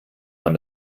man